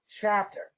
chapter